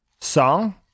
song